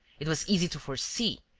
it was easy to foresee,